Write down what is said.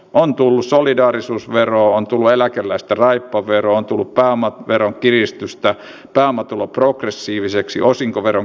on tullut solidaarisuusveroa on tullut eläkeläisten raippavero on tullut pääomaveron kiristystä pääomatulo progressiiviseksi osinkoveron kiristystä